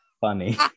funny